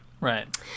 Right